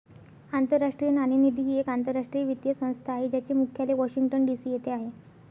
आंतरराष्ट्रीय नाणेनिधी ही एक आंतरराष्ट्रीय वित्तीय संस्था आहे ज्याचे मुख्यालय वॉशिंग्टन डी.सी येथे आहे